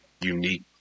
unique